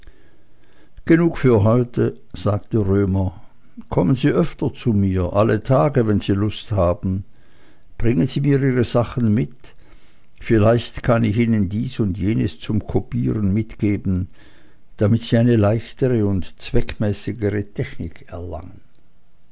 genug für heute sagte römer kommen sie öfter zu mir alle tage wenn sie lust haben bringen sie mir ihre sachen mit vielleicht kann ich ihnen dies und jenes zum kopieren mitgeben damit sie eine leichtere und zweckmäßigere technik erlangen